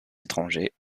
étrangers